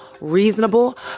reasonable